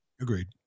Agreed